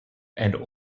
and